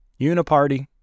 Uniparty